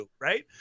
right